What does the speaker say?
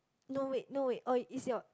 no wait no wait oh is your